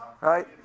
Right